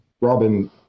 Robin